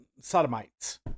sodomites